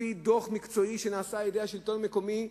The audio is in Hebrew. לפי דוח מקצועי שנעשה על-ידי השלטון המקומי,